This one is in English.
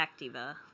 activa